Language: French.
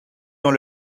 dans